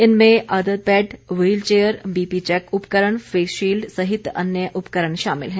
इनमें अदद bed wheelchair BP check उपकरण फेस शील्ड सहित अन्य उपकरण शामिल हैं